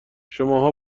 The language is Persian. شماها